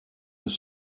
was